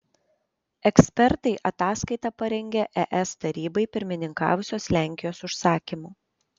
ekspertai ataskaitą parengė es tarybai pirmininkavusios lenkijos užsakymu